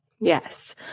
Yes